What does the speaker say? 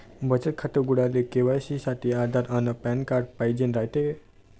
बचत खातं उघडाले के.वाय.सी साठी आधार अन पॅन कार्ड पाइजेन रायते